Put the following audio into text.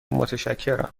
متشکرم